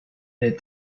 est